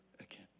again